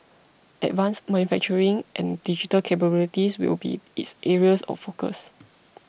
advanced manufacturing and digital capabilities will be its areas of focus